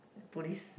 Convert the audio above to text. police